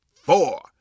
four